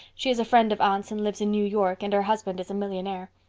she is a friend of aunt's and lives in new york and her husband is a millionaire.